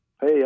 Hey